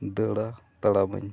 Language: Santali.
ᱫᱟᱹᱲᱟ ᱛᱟᱲᱟᱢᱟᱹᱧ